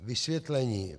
Vysvětlení.